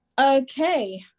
Okay